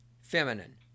feminine